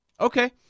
Okay